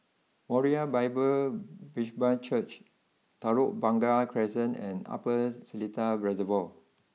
Moriah Bible Presby Church Telok Blangah Crescent and Upper Seletar Reservoir